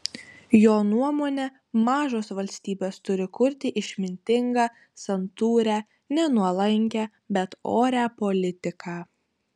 jo nuomone mažos valstybės turi kurti išmintingą santūrią ne nuolankią bet orią politiką